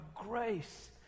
grace